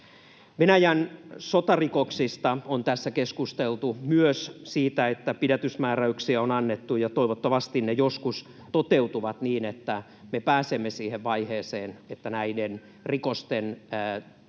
Venäjän sotarikoksista on tässä keskusteltu — myös siitä, että pidätysmääräyksiä on annettu ja toivottavasti ne joskus toteutuvat niin, että me pääsemme siihen vaiheeseen, että näiden rikosten